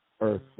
Earth